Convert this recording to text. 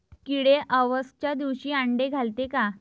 किडे अवसच्या दिवशी आंडे घालते का?